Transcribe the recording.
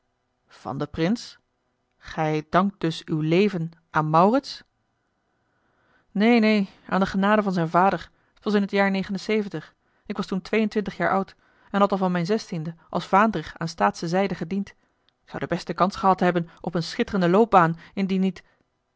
van den prins gij dankt dus uw leven aan maurits neen neen aan de genade van zijn vader het was in t jaar ik was toen twee en twintig jaar oud en had al van mijn zestiende als vaandrig aan staatsche zijde gediend ik zou de beste kans gehad hebben op eene schitterende loopbaan indien niet